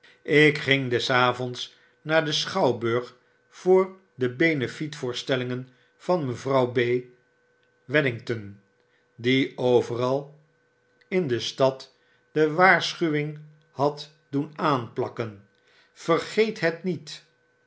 ik ging des avonds naar den schouwburg voor de benefiet voorstellingen van mevrouw b wedgington die overal in de stad de waarschuwing had doen aanplakken vergeet het niet